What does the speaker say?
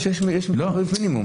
יש תעריף מינימום.